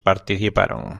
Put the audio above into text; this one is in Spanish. participaron